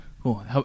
Cool